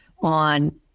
on